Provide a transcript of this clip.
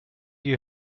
you